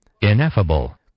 Ineffable